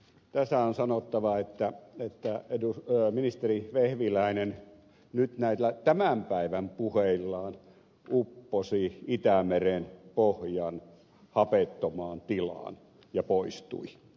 tässä on sanottava että ministeri vehviläinen nyt näillä tämän päivän puheillaan upposi itämeren pohjan hapettomaan tilaan ja poistui